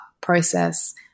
process